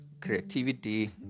creativity